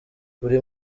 buri